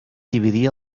dividir